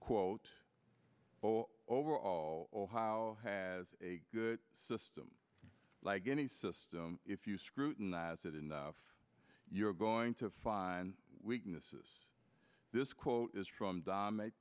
quote or over all or how has a good system like any system if you scrutinize it enough you're going to find weaknesses this quote is from do